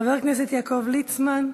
חבר הכנסת יעקב ליצמן,